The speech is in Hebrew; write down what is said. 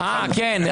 כן.